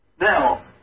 now